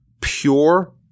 pure